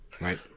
right